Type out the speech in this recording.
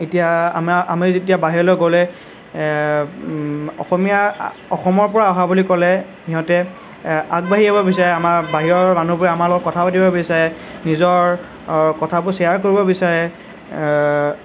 এতিয়া আমাৰ আমি যেতিয়া বাহিৰলৈ গ'লে অসমীয়া অসমৰ পৰা অহা বুলি ক'লে সিহঁতে আগবাঢ়ি আহিব বিচাৰে আমাৰ বাহিৰৰ মানুহবোৰে আমাৰ লগত কথা পাতিব বিচাৰে নিজৰ কথাবোৰ শ্বেয়াৰ কৰিব বিচাৰে